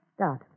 Dot